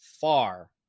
far